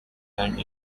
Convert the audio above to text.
land